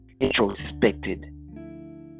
introspected